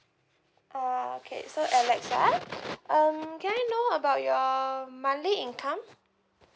okay so alex ya um can I know about your monthly income